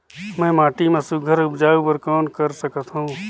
मैं माटी मा सुघ्घर उपजाऊ बर कौन कर सकत हवो?